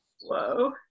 Whoa